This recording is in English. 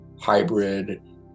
hybrid